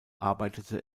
arbeitete